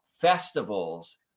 festivals